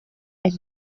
and